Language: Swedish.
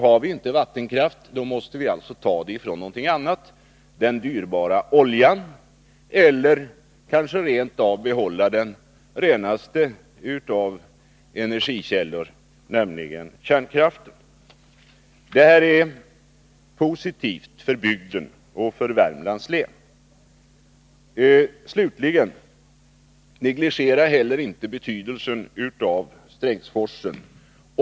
Har vi inte vattenkraft måste vi ta energin från något annat, den dyrbara oljan eller kanske rent av behålla den renaste av energikällor, nämligen kärnkraften. En vattenkraftsutbyggnad är positiv för bygden och för Värmlands län. Slutligen: Negligera heller inte betydelsen av Strängsforsen.